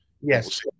yes